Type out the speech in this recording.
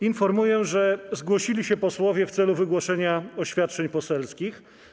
Informuję, że zgłosili się posłowie w celu wygłoszenia oświadczeń poselskich.